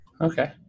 Okay